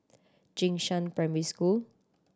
Jing Shan Primary School